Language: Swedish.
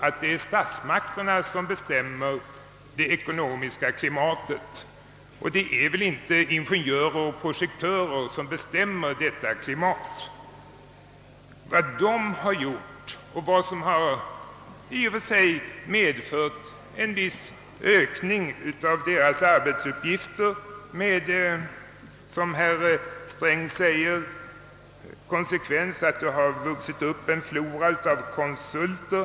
Det är väl dock statsmakterna och inte ingenjörerna och projektörerna som bestämmer det ekonomiska klimatet. Herr Sträng sade att det vuxit upp en flora av konsulter.